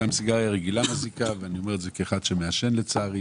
גם סיגריה רגילה מזיקה ואני אומר את זה כאחד שמעשן לצערי.